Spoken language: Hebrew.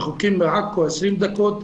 רחוקים מעכו 20 דקות,